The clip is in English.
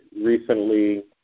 recently